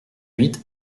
huit